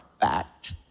fact